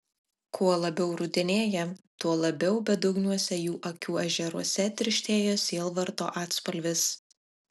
kuo labiau rudenėja tuo labiau bedugniuose jų akių ežeruose tirštėja sielvarto atspalvis